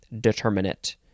determinate